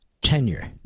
tenure